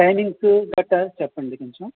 timings గట్రా చెప్పండి కొంచం